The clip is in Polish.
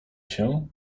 się